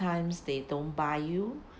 times they don't buy you